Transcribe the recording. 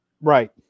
Right